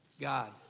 God